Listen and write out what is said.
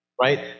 Right